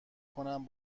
کنم